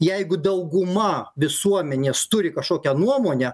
jeigu dauguma visuomenės turi kažkokią nuomonę